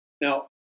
Now